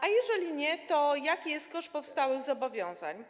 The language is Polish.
A jeżeli nie, to jaki jest koszt powstałych zobowiązań?